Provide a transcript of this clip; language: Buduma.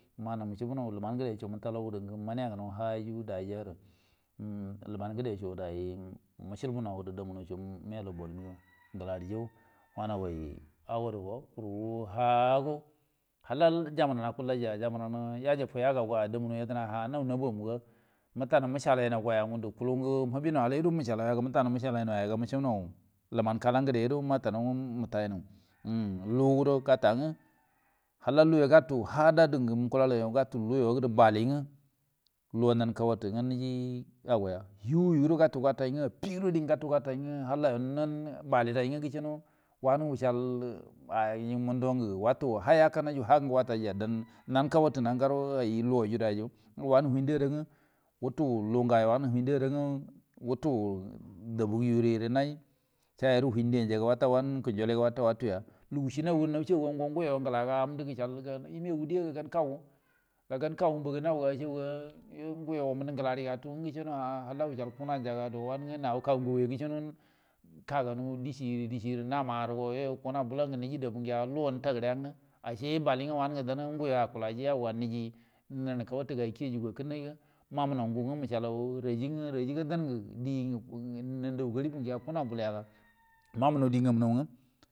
Wia nou muchubunau luman ngejo mutalou mana ngau hairi daiya ngur luman nge da so dai mukhu bunau geri do munau so milou boru gelarijiu wanogai agodu go kuru hago halajiban akuldaiya jibanan yajiɓu yagauga damunau yadena ha nau na bomunau ga mutananu muchai nau yaga gundu kulungu much bunau lumai kala ngelaro mata nau muchalainau luguri gatange halla luyo katu hadaduyo nge muku louyo bali hai uekalakan hagir nge luo nan kauwattu nanga lugge nji goya huuguro gatu gatai afi ngen tenge gatugatai balirai nge she ngeno wanu uchal dai munge watu hai akannai hange wataiya dan nan kowaktu nangero luwaira daiyo wanu findu adai nge utu lugau utu dabu nge youra naji sayori fin den jiga wan kun jilan ga wata watuy lugushi nau gagu nasha gurungo guyo gulaga gurundu umigu te ga gan kagumbo ga nau ashiguga galaritu nge geshi hala wachal kugenanji dowange kagu ngeyodeshi deshi nama guro kuna bulgeniji dabugeya luo nitaguriya ashi balinge achal ago nimu kaotu gai kiri gakunnai namunuo nge muchalau razak nge razak dan nge denge nan dagu galibu nge kugina bulya ga mamunau te nge wunau.